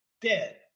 dead